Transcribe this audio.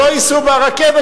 לא ייסעו ברכבת,